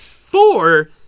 Four